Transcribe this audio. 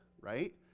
right